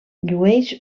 llueix